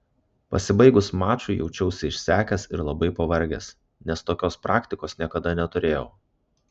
pasibaigus mačui jaučiausi išsekęs ir labai pavargęs nes tokios praktikos niekada neturėjau